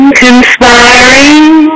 conspiring